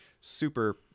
super